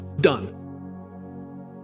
done